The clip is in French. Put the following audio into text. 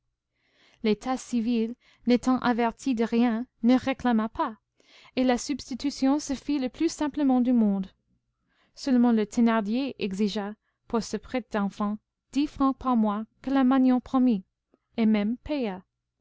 l'état civil n'étant averti de rien ne réclama pas et la substitution se fit le plus simplement du monde seulement le thénardier exigea pour ce prêt d'enfants dix francs par mois que la magnon promit et même